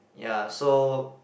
ya so